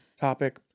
topic